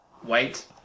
white